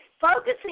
focusing